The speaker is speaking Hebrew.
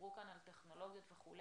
דיברו כאן על טכנולוגיות וכו',